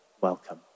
welcome